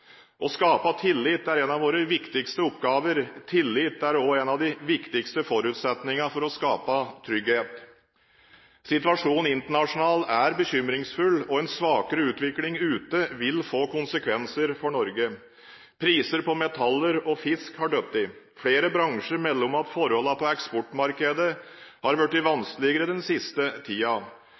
Å skape tillit er en av våre viktigste oppgaver. Tillit er også en av de viktigste forutsetningene for å skape trygghet. Situasjonen internasjonalt er bekymringsfull, og en svakere utvikling ute vil få konsekvenser for Norge. Prisene på metaller og fisk har falt. Flere bransjer melder om at forholdene på eksportmarkedene har blitt vanskelig den siste